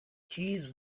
cheese